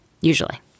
Usually